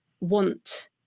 want